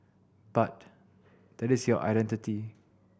but that is your identity